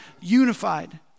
unified